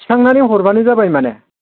थिखांनानै हरबानो जाबाय माने